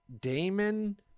Damon